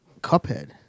Cuphead